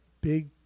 big